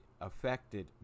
affected